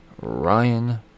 Ryan